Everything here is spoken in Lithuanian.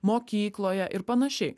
mokykloje ir panašiai